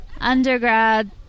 undergrad